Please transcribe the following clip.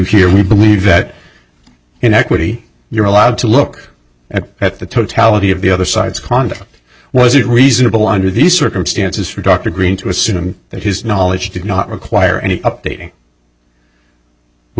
here we believe that in equity you're allowed to look at the totality of the other side's conduct was it reasonable under these circumstances for dr greene to assume that his knowledge did not require any updating we